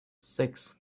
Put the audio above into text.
six